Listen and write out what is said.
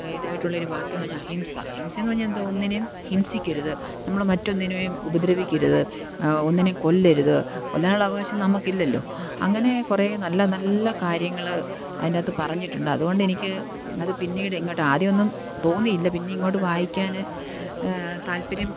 ഇതായിട്ടുള്ള ഒരു വാക്യം എന്ന് പറഞ്ഞാൽ അഹിംസ അഹിംസ എന്ന് പറഞ്ഞാൽ എന്തുവാ ഒന്നിനേയും ഹിംസിക്കരുത് നമ്മൾ മറ്റൊന്നിനേയും ഉപദ്രവിക്കരുത് ഒന്നിനേയും കൊല്ലരുത് കൊല്ലാനുള്ള അവകാശം നമുക്ക് ഇല്ലല്ലോ അങ്ങനെ കുറേ നല്ല നല്ല കാര്യങ്ങൾ അതിൻറെ അകത്ത് പറഞ്ഞിട്ടുണ്ട് അതുകൊണ്ട് എനിക്ക് അത് പിന്നീട് ഇങ്ങോട്ട് ആദ്യമൊന്നും തോന്നിയില്ല പിന്നെ ഇങ്ങോട്ട് വായിക്കാൻ താൽപര്യം